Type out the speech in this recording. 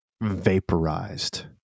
vaporized